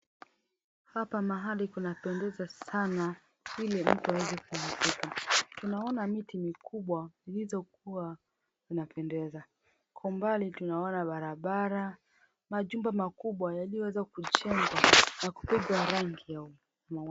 Hapa mahali kunapendeza sana vile mtu hawezi kujificha. Tunaona miti mikubwa zilizokuwa zinapendeza. Kwa umbali tunaona barabara, majumba makubwa yaliyoweza kujengwa na kupigwa rangi ya ...